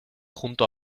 junto